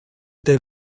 der